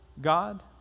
God